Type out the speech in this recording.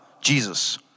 Jesus